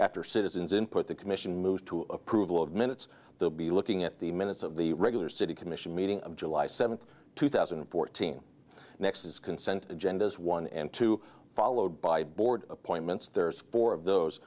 after citizens input the commission moves to approval of minutes they'll be looking at the minutes of the regular city commission meeting of july seventh two thousand and fourteen next is consent agendas one and two followed by board appointments there's four of those